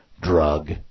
drug